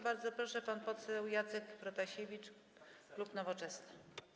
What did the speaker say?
Bardzo proszę, pan poseł Jacek Protasiewicz, klub Nowoczesna.